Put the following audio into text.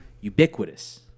ubiquitous